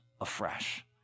afresh